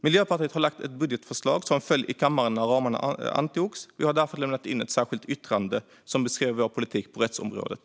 Miljöpartiet har lagt fram ett budgetförslag som föll i kammaren när ramarna antogs. Vi har därför lämnat in ett särskilt yttrande som beskriver vår politik på rättsområdet.